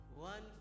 One